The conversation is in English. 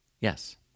Yes